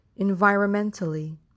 Environmentally